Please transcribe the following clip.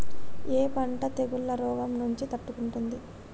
ఏ పంట తెగుళ్ల రోగం నుంచి తట్టుకుంటుంది?